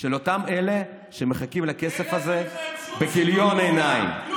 של אותם אלה שמחכים לכסף הזה בכיליון עיניים.